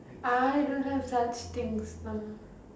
I don't do such things uh